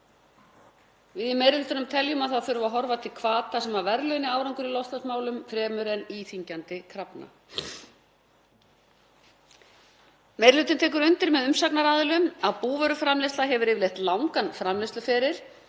Við í meiri hlutanum teljum að það þurfi að horfa til hvata sem verðlauni árangur í loftslagsmálum fremur en íþyngjandi krafna. Meiri hlutinn tekur undir með umsagnaraðilum að búvöruframleiðsla hefur yfirleitt langan framleiðsluferil